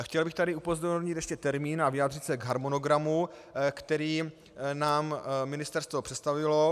Chtěl bych tady upozornit ještě na termín a vyjádřit se k harmonogramu, který nám ministerstvo představilo.